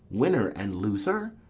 winner and loser?